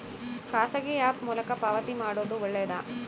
ಖಾಸಗಿ ಆ್ಯಪ್ ಮೂಲಕ ಪಾವತಿ ಮಾಡೋದು ಒಳ್ಳೆದಾ?